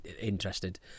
interested